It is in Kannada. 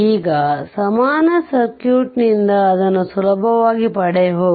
ಈಗ ಸಮಾನ ಸರ್ಕ್ಯೂಟ್ನಿಂದ ಅದನ್ನು ಸುಲಭವಾಗಿ ಪಡೆಯಬಹುದು